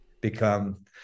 become